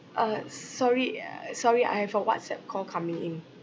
uh s~ sorry uh sorry I have a whatsapp call coming in